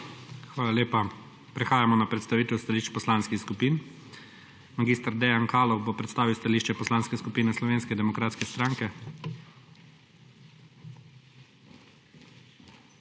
Hvala lepa. Prehajamo na predstavitev stališč poslanskih skupin. Mag. Dejan Kaloh bo predstavil stališče Poslanske skupine Slovenske demokratske stranke.